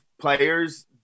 players –